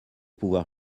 pouvoir